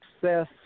success